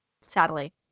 Sadly